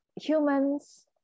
humans